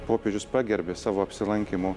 popiežius pagerbė savo apsilankymu